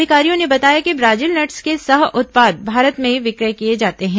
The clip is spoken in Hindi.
अधिकारियों ने बताया कि ब्राजील नट्स के सह उत्पाद भारत में विक्रय किए जाते हैं